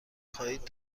خواهید